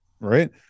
right